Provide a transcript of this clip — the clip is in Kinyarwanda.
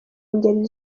ngeri